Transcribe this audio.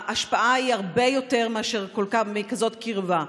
ההשפעה היא הרבה יותר מאשר מכזאת קרבה.